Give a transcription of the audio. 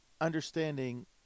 understanding